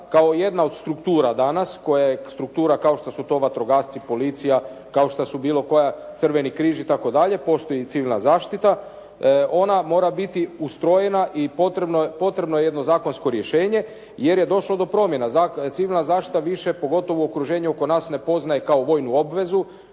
koja je struktura kao što su to vatrogasci, policija, kao što su bilo koja Crveni križ itd. postoji i Civilna zaštita. Ona mora biti ustrojena i potrebno je jedno zakonsko rješenje jer je došlo do promjena. Civilna zaštita više pogotovo okruženje oko nas ne poznaje kao vojnu obvezu.